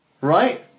Right